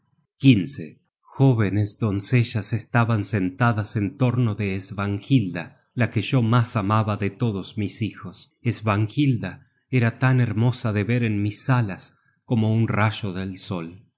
jonaker jóvenes doncellas estaban sentadas en torno de svanhilda la que yo mas amaba de todos mis hijos svanhilda era tan hermosa de ver en mis salas como un rayo del sol